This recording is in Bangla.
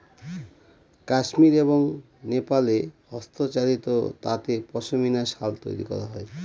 কাশ্মির এবং নেপালে হস্তচালিত তাঁতে পশমিনা শাল তৈরী করা হয়